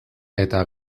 eta